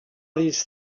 these